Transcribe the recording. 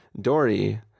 Dory